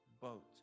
boat